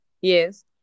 Yes